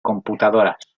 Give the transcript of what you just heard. computadoras